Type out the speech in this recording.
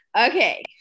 Okay